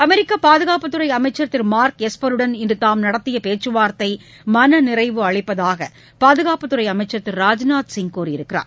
அமெரிக்க பாதுகாப்புத் துறை அமைச்சர் திரு மார்க் எஸ்பருடன் இன்று தாம் நடத்திய பேச்சுவார்த்தை மனநிறைவு அளிப்பதாக பாதுகாப்பு துறை அமைச்சர் திரு ராஜ்நாத்சிங் கூறியுள்ளார்